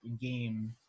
game